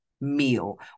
meal